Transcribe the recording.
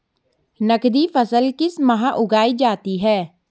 नकदी फसल किस माह उगाई जाती है?